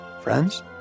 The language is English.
Friends